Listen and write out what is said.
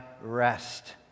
rest